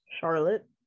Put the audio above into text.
Charlotte